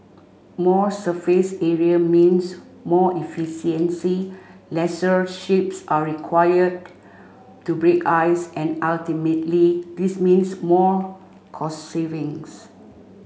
more surface area means more efficiency lesser ships are required to break ice and ultimately this means more cost savings